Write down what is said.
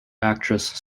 actress